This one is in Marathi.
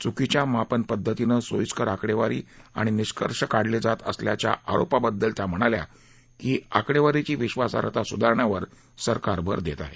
चुकीच्या मापन पद्धतीनं सोयिस्कर आकडेवारी आणि निष्कर्ष काढले जात असल्याच्या आरोपाबाबत त्या म्हणाल्या की आकडेवारीची विश्वासाईता सुधारण्यावर सरकार भर देत आहे